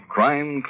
Crime